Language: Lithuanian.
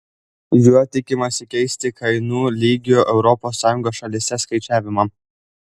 juo tikimasi keisti kainų lygių europos sąjungos šalyse skaičiavimą